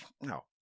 no